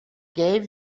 gave